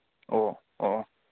ꯑꯣ ꯑꯣ